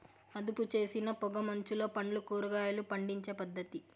అదుపుచేసిన పొగ మంచులో పండ్లు, కూరగాయలు పండించే పద్ధతి